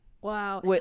wow